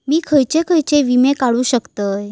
मी खयचे खयचे विमे काढू शकतय?